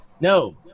No